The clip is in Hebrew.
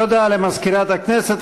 תודה למזכירת הכנסת.